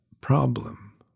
problem